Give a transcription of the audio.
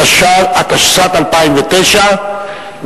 התשס"ט 2009,